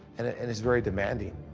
and and it's very demanding.